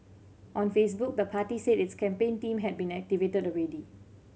on Facebook the party said its campaign team had been activated already